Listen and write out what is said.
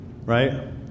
Right